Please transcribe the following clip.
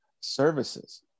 services